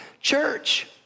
church